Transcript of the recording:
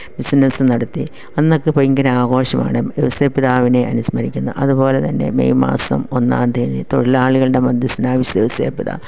business നടത്തി അന്നൊക്കെ ഭയങ്കര ആഘോഷമാണ് ഔസേപ്പിതാവിനെ അനുസ്മരിക്കുന്ന അതുപോലെതന്നെ മെയ് മാസം ഒന്നാം തീയതി തൊഴിലാളികളുടെ മധ്യസ്ഥനായ വിശുദ്ധ ഔസേപ്പിതാവ്